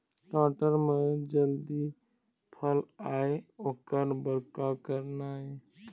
टमाटर म जल्दी फल आय ओकर बर का करना ये?